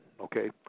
Okay